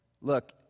look